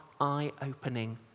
eye-opening